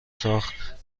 ساخت